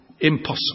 Impossible